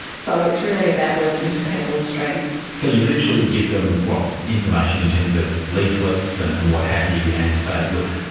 so it's really about working to people's strengths. so you literally give them, what, information in terms of leaflets and and what have you and say, look,